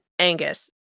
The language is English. Angus